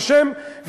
ברוך השם,